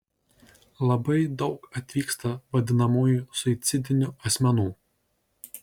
labai daug atvyksta vadinamųjų suicidinių asmenų